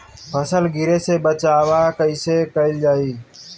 फसल गिरे से बचावा कैईसे कईल जाई?